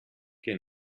che